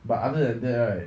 but other than that right